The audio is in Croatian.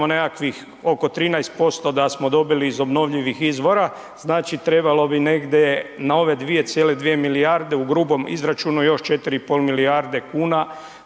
nekakvih oko 13% da smo dobili iz obnovljivih izvora trebalo bi negdje na ove 2,2 milijarde u grubom izračunu još 4,5 milijarde kuna